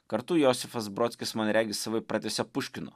kartu josifas brodskis man regis savaip pratęsia puškino